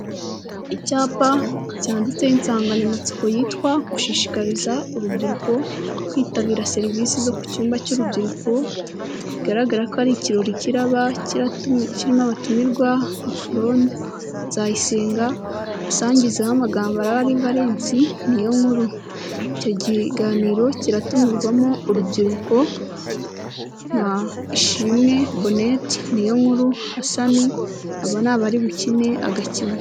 Icyapa cyanditseho insanganyamatsiko yitwa: "gushishikariza urubyiruko kwitabira serivisi zo ku cyumba cy'urubyiruko." Bigaragara ko ari ikirori kiraba kirimo abatumirwa, nka Fron Nzayisenga, umusangiza w'amagambo araba ari Valensi Nyonkuru. Icyo kiganiro kiratumirwamo urubyiruko, nka Ishimwe Bonete, Niyonkuru Hasani . aba ni abari bukine agakino.